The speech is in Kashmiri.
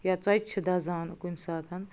یا ژۄچہِ چھِ دَزان کُنہِ ساتہٕ